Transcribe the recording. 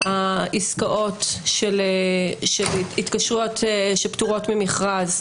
העסקאות של ההתקשרויות שפטורות ממכרז,